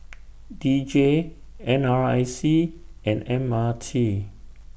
D J N R I C and M R T